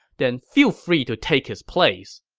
then feel free to take his place.